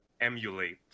emulate